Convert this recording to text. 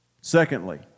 Secondly